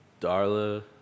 Darla